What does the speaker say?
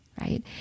right